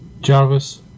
Jarvis